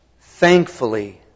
thankfully